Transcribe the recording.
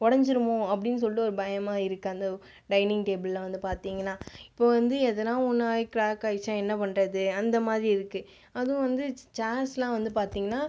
உடஞ்சிடுமோ அப்படினு சொல்லிட்டு ஒரு பயமாக இருக்குது அந்த டைனிங் டேபிளெல்லாம் வந்து பார்த்தீங்கனா இப்போது வந்து எதனால் ஒன்னாகி க்ராக் ஆகிடுச்சுனா என்ன பண்ணுறது அந்த மாதிரி இருக்குது அதுவும் வந்து சேர்ஸெல்லாம் வந்து பார்த்தீங்கனா